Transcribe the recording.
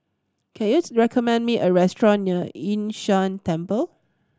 can you recommend me a restaurant near Yun Shan Temple